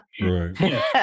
Right